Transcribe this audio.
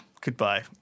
Goodbye